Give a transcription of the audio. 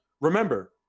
remember